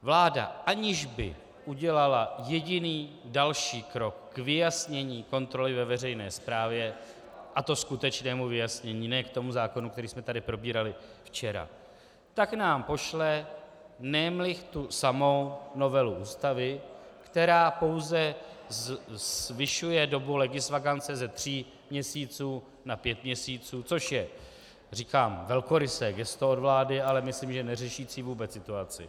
Vláda, aniž by udělala jediný další krok k vyjasnění kontroly ve veřejné správě, a to skutečnému vyjasnění, ne k tomu zákonu, který jsme tady probírali včera, tak nám pošle nemlich tu samou novelu Ústavy, která pouze zvyšuje dobu legisvakance ze tří měsíců na pět měsíců, což je říkám velkorysé gesto od vlády, ale myslím, že neřeší vůbec situaci.